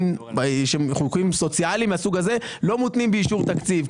שהם חוקים סוציאליים מהסוג הזה לא מותנים באישור תקציב,